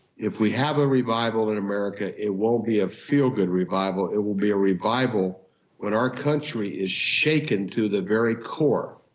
if we have a revival in america it won't be a feel-good revival it will be a revival when our country is shaken to the very core.